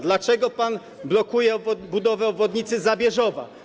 Dlaczego pan blokuje budowę obwodnicy Zabierzowa?